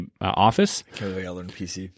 office